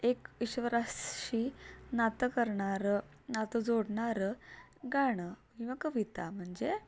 एक ईश्वराशी नातं करणारं नातं जोडणारं गाणं किंवा कविता म्हणजे